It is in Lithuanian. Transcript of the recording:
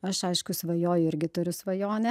aš aišku svajoju irgi turiu svajonę